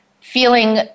feeling